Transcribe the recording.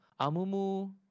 Amumu